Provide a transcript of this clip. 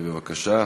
בבקשה.